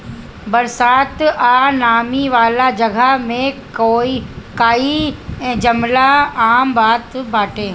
बरसात आ नमी वाला जगह में काई जामल आम बात बाटे